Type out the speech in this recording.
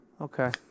okay